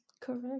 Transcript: correct